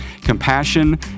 Compassion